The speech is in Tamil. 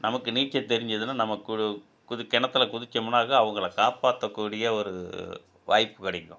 நமக்கு நீச்சல் தெரிஞ்சுதுன்னா நம்ம கு குது கிணத்துல குதிச்சோமுன்னாக அவங்கள காப்பாற்றக்கூடிய ஒரு வாய்ப்பு கிடைக்கும்